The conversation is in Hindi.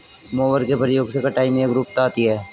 मोवर के प्रयोग से कटाई में एकरूपता आती है